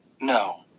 No